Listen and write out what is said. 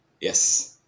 Yes